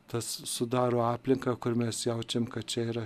tas sudaro aplinką kur mes jaučiam kad čia yra